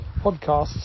podcasts